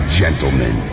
gentlemen